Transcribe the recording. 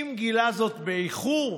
אם גילה זאת באיחור,